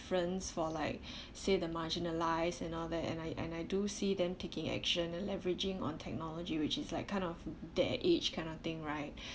difference for like say the marginalised and all that and I and I do see them taking action and leveraging on technology which is like kind of their age kind of thing right